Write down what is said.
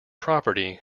property